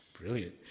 Brilliant